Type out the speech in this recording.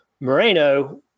Moreno